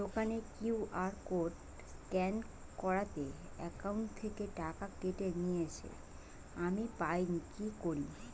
দোকানের QR code scan করাতে account থেকে টাকা কেটে নিয়েছে, আমি পাইনি কি করি?